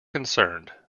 concerned